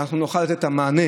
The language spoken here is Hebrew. ושאנחנו נוכל לתת את המענה,